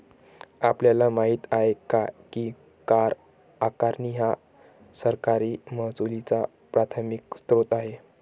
आपल्याला माहित आहे काय की कर आकारणी हा सरकारी महसुलाचा प्राथमिक स्त्रोत आहे